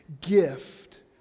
gift